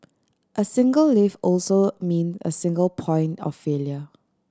a single lift also mean a single point of failure